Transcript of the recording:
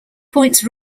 points